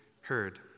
heard